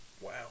wow